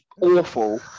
awful